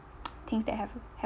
things that have happened